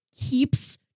keeps